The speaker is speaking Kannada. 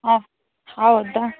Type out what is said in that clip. ಒಹ್ ಹೌದಾ